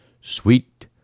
Sweet